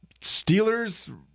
steelers